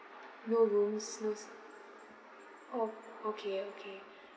no rooms no s~ oh okay okay